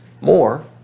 more